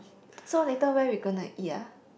so later where we gonna eat ah